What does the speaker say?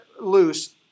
loose